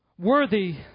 Worthy